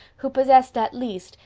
who possessed, at least,